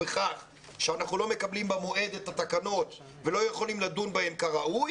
בכך שאנחנו לא מקבלים במועד את התקנות ולא יכולים לדון בהן כראוי